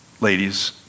ladies